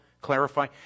clarify